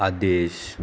आदेश